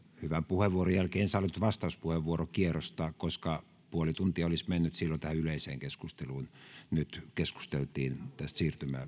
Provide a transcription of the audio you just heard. hyvän puheenvuoron jälkeen en sallinut vastauspuheenvuorokierrosta koska puoli tuntia olisi mennyt silloin tähän yleiseen keskusteluun nyt keskusteltiin tästä